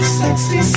sexy